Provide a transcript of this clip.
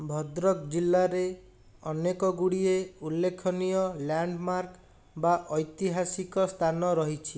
ଭଦ୍ରକ ଜିଲ୍ଲାରେ ଅନେକ ଗୁଡ଼ିଏ ଉଲ୍ଲେଖନୀୟ ଲ୍ୟାଣ୍ଡମାର୍କ ବା ଐତିହାସିକ ସ୍ଥାନ ରହିଛି